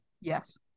Yes